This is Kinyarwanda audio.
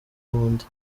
nundi